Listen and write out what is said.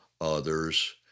others